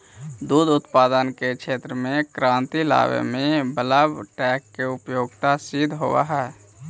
दुध उत्पादन के क्षेत्र में क्रांति लावे में बल्क टैंक के उपयोगिता सिद्ध होवऽ हई